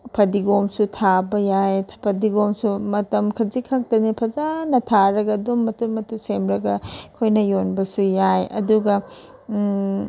ꯐꯗꯤꯒꯣꯝꯁꯨ ꯊꯥꯕ ꯌꯥꯏ ꯐꯗꯤꯒꯣꯝꯁꯨ ꯃꯇꯝ ꯈꯖꯤꯛꯈꯛꯇꯅꯤ ꯐꯖꯅ ꯊꯥꯔꯒ ꯑꯗꯨꯝ ꯃꯇꯨꯝ ꯃꯇꯨꯝ ꯁꯦꯝꯂꯒ ꯑꯩꯈꯣꯏꯅ ꯌꯣꯟꯕꯁꯨ ꯌꯥꯏ ꯑꯗꯨꯒ